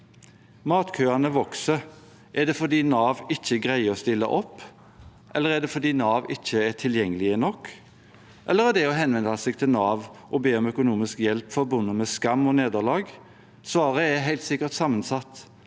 Matkøene vokser. Er det fordi Nav ikke greier å stille opp, eller er det fordi Nav ikke er tilgjengelig nok, eller er det å henvende seg til Nav og be om økonomisk hjelp forbundet med skam og nederlag? Svaret er helt sikkert sammensatt.